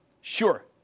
Sure